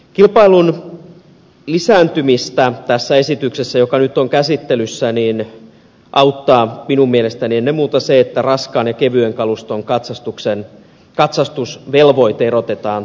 kilpailun lisääntymistä tässä esityksessä joka nyt on käsittelyssä auttaa minun mielestäni ennen muuta se että raskaan ja kevyen kaluston katsastusvelvoite erotetaan toisistaan